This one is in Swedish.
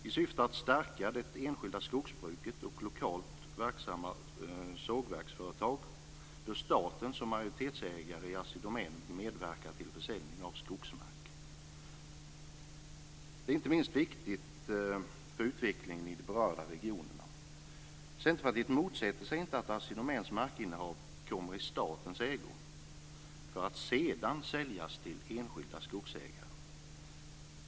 I syfte att stärka det enskilda skogsbruket och lokalt verksamma sågverksföretag bör staten som majoritetsägare i Assi Domän medverka till försäljning av skogsmark. Det är inte minst viktigt för utvecklingen i de berörda regionerna. Centerpartiet motsätter sig inte att Assi Domäns markinnehav kommer i statens ägo för att sedan säljas till enskilda skogsägare.